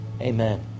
Amen